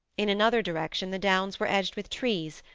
in another direction the downs were edged with trees,